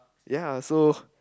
ya so